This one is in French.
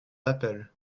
d’appel